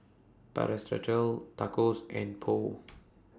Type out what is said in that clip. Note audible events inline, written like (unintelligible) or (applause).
(unintelligible) Tacos and Pho (noise)